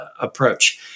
approach